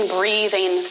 breathing